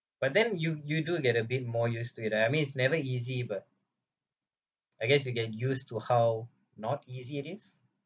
but then you you do get a bit more used to it I mean is never easy but I guess you get used to how not easy it is